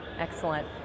excellent